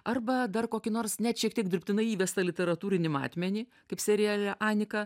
arba dar kokį nors net šiek tiek dirbtinai įvestą literatūrinį matmenį kaip seriale anika